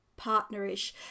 partnerish